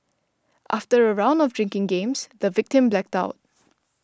after a round of drinking games the victim blacked out